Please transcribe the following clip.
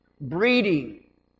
breeding